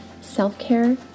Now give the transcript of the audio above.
self-care